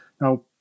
Now